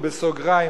או בסוגריים,